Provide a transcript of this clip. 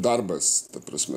darbas ta prasme